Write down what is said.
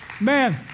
Man